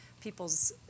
people's